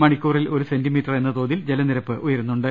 മണിക്കൂറിൽ ഒരു സെന്റിമീറ്റർ എന്ന തോതിൽ ജലനിരപ്പുയരുന്നുണ്ട്